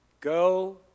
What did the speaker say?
Go